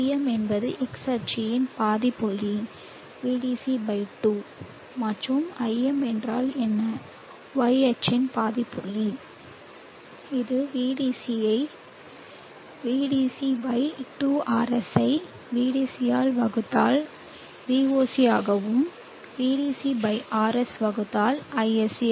Vm என்பது x அச்சின் பாதி புள்ளி Vdc 2 மற்றும் Im என்றால் என்ன Y அச்சில் பாதி புள்ளி இது Vdc by 2RS ஐ Vdc ஆல் வகுத்தால் Voc ஆகவும் VDC by RS வகுத்தால் Isc